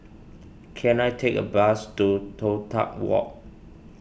can I take a bus to Toh Tuck Walk